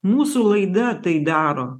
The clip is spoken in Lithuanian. mūsų laida tai daro